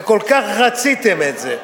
וכל כך רציתם את זה,